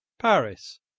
paris